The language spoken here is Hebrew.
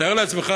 תאר לעצמך,